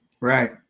Right